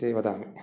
इति वदामि